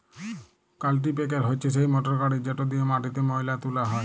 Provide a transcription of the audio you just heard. কাল্টিপ্যাকের হছে সেই মটরগড়ি যেট দিঁয়ে মাটিতে ময়লা তুলা হ্যয়